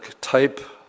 type